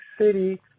City